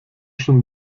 schon